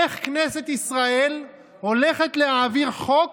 איך כנסת ישראל הולכת להעביר חוק